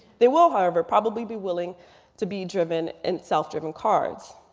they will however probably be willing to be driven in self-driving cards.